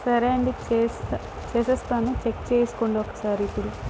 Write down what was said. సరే అండి చేసేస్తాను చెక్ చేసుకోండి ఒకసారి